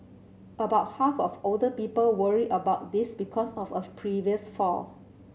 about half of older people worry about this because of a previous fall